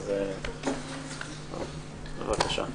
בבקשה.